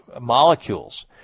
molecules